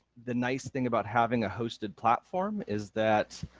the nice thing about having a hosted platform is that